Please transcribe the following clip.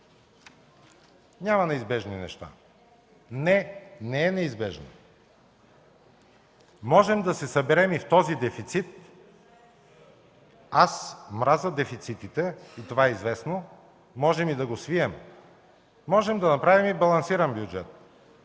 Няма неизбежни неща. Не, не е неизбежна. Можем да се съберем и в този дефицит, мразя дефицитите и това е известно. Можем и да го свием, можем да направим и балансиран бюджет.